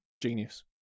Genius